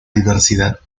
diversidad